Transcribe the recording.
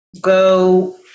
go